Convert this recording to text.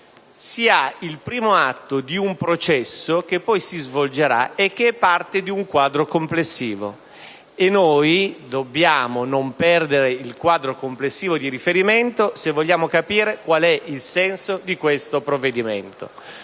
realizza il primo atto di un processo che poi si svolgerà e che è parte di un quadro complessivo. E noi non dobbiamo perdere il quadro complessivo di riferimento se vogliamo capire qual è il senso di questo provvedimento: